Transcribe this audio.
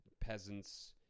peasants